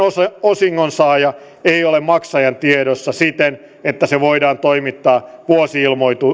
osingonsaaja ei ole maksajan tiedossa siten että tieto voidaan toimittaa vuosi ilmoituksen